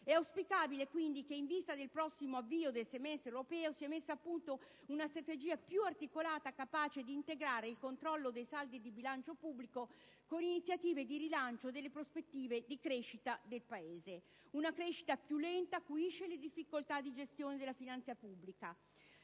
auspicabile che, in vista del prossimo avvio del semestre europeo, sia messa a punto una strategia più articolata capace di integrare il controllo dei saldi di bilancio pubblico con iniziative di rilancio delle prospettive di crescita del nostro Paese. Una crescita più lenta acuisce le difficoltà di gestione della finanza pubblica.